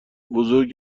بزرگ